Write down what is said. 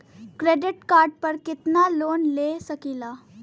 Credit card पर कितनालोन ले सकीला?